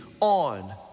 on